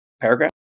paragraph